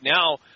now